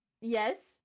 Yes